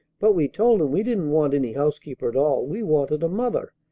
but we told him we didn't want any housekeeper at all, we wanted a mother.